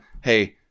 hey